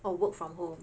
oh work from home